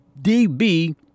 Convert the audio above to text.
DB